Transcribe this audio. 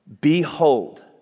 Behold